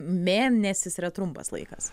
mėnesis yra trumpas laikas